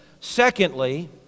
Secondly